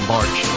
March